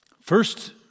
First